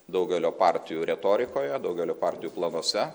daugelio partijų retorikoje daugelio partijų planuose